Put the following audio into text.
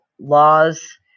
laws